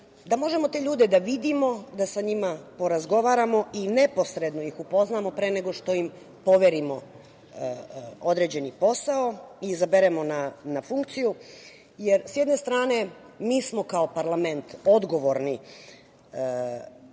da možemo te ljude da vidimo, da sa njima porazgovaramo i neposredno ih upoznamo pre nego što im poverimo određeni posao i izaberemo na funkciju.S jedne strane, mi smo kao parlament odgovorni